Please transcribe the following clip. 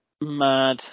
mad